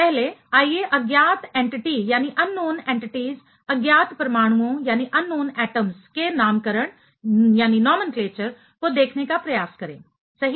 पहले आइए अज्ञात एनटीटी अज्ञात परमाणुओं के नामकरण नोमेनक्लेचर को देखने का प्रयास करें सही